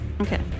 Okay